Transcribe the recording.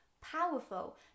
powerful